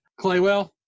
Claywell